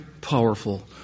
powerful